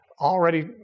already